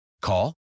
Call